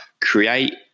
create